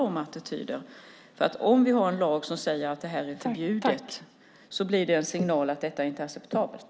Om det finns en lag att det är förbjudet blir det en signal att det inte är acceptabelt.